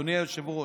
אדוני היושב-ראש: